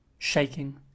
Shaking